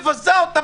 מבזה אותה,